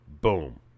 Boom